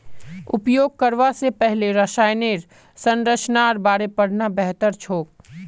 उपयोग करवा स पहले रसायनेर संरचनार बारे पढ़ना बेहतर छोक